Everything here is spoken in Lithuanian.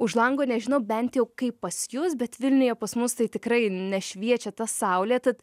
už lango nežinau bent jau kaip pas jus bet vilniuje pas mus tai tikrai nešviečia ta saulė tad